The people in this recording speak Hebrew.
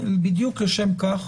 בדיוק לשם כך